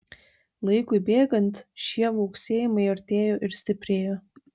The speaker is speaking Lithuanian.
laikui bėgant šie viauksėjimai artėjo ir stiprėjo